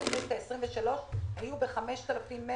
יהיו שעות להסעה.